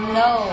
no